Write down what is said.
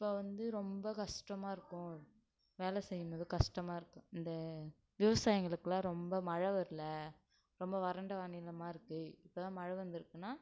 இப்போ வந்து ரொம்ப கஷ்டமா இருக்கும் வேலை செய்யும்போது கஷ்டமா இருக்கும் இந்த விவசாயிங்களுக்கெலாம் ரொம்ப மழை வரல ரொம்ப வறண்ட வானிலை மாரி இருக்குது இப்போ தான் மழை வந்திருக்குனா